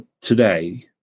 today